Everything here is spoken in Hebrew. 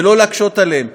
ולא להקשות עליהן.